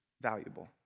valuable